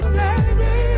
baby